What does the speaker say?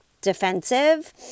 defensive